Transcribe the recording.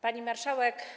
Pani Marszałek!